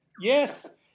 Yes